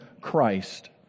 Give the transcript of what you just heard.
Christ